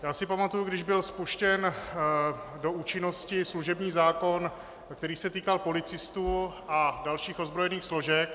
Já si pamatuji, když byl spuštěn do účinnosti služební zákon, který se týkal policistů a dalších ozbrojených složek.